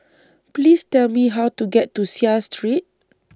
Please Tell Me How to get to Seah Street